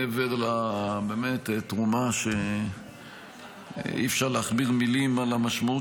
מעבר לתרומה שאי-אפשר להכביר מילים על המשמעות